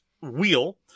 wheel